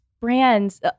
brands